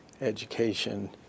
education